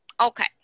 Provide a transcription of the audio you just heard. Okay